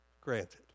granted